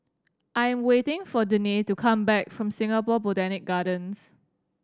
I'm waiting for Danae to come back from Singapore Botanic Gardens